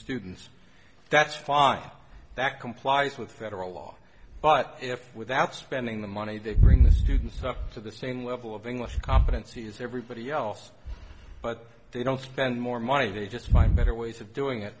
students that's fine that complies with federal law but if without spending the money to bring the students up to the same level of english competencies everybody else but they don't spend more money they just find better ways of doing